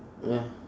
ya